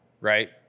right